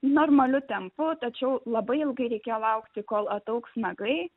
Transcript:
normaliu tempu tačiau labai ilgai reikėjo laukti kol ataugs nagai